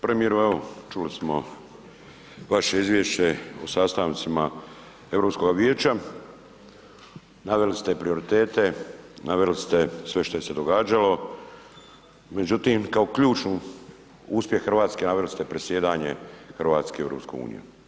Premijeru, evo čuli smo vaše izvješće o sastancima Europskog vijeća, naveli ste prioritete, naveli ste sve šta je se događalo, međutim, kao ključnu, uspjeh RH naveli ste predsjedanje RH EU.